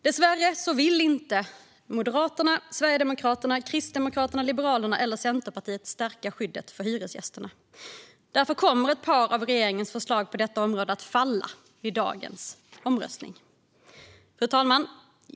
Dessvärre vill inte Moderaterna, Sverigedemokraterna, Kristdemokraterna, Liberalerna eller Centerpartiet stärka skyddet för hyresgästerna. Därför kommer ett par av regeringens förslag på detta område att falla i dagens omröstning. Fru talman!